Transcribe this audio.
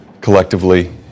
collectively